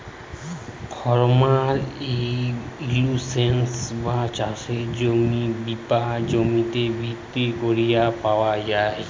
farm insurance বা চাসের জমির বীমা জমিতে ভিত্তি ক্যরে পাওয়া যায়